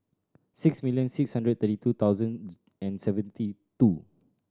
six million six hundred thirty two thousand and seventy two